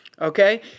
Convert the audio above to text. okay